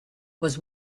was